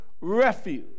refuge